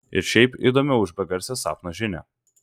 ir šiaip įdomiau už begarsę sapno žinią